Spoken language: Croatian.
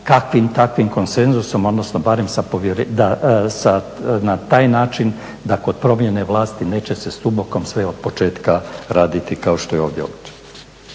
kakvim takvim konsenzusom odnosno barem da na taj način da kod promjene vlasti neće se s dubokom sve od početka raditi kao što je ovdje običaj.